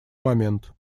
момент